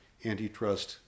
antitrust